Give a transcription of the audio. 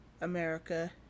America